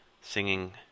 singing